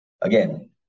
Again